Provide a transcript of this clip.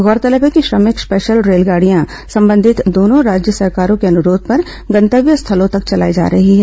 गौरतलब है कि श्रमिक स्पेशल रेलगाड़ियां संबंधित दोनों राज्य सरकारों के अनुरोध पर गंतव्य स्थलों तक चलाई जा रही हैं